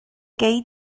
gei